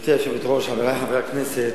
גברתי היושבת-ראש, חברי חברי הכנסת,